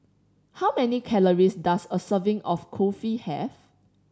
how many calories does a serving of Kulfi have